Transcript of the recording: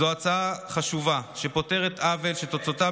זו הצעה חשובה שפותרת עוול שתוצאותיו